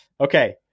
okay